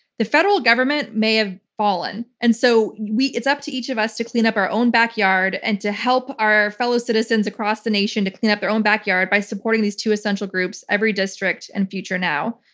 the federal government may have fallen. and so, it's up to each of us to clean up our own backyard and to help our fellow citizens across the nation to clean up their own backyard by supporting these two essential groups, everydistrict and future now.